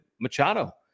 machado